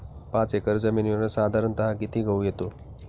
पाच एकर जमिनीवर साधारणत: किती गहू येतो?